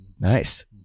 nice